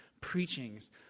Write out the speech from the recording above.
preachings